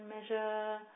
measure